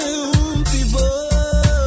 People